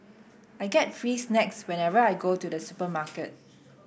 i get free snacks whenever I go to the supermarket